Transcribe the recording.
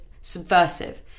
subversive